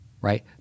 right